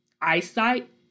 eyesight